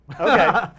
Okay